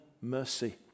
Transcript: mercy